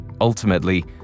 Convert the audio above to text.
Ultimately